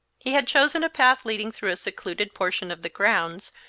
he had chosen a path leading through a secluded portion of the grounds,